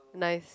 nice